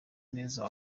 neza